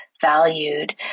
valued